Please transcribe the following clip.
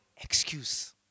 excuse